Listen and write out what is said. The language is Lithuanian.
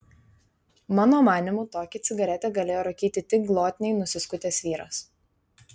mano manymu tokią cigaretę galėjo rūkyti tik glotniai nusiskutęs vyras